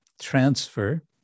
transfer